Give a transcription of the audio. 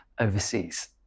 overseas